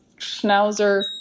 schnauzer